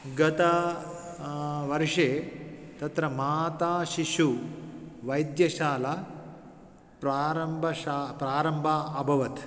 गतवर्षे तत्र माता शिशुः वैद्यशाला प्रारम्भशा प्रारम्भम् अभवत्